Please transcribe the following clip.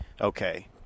Okay